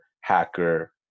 hacker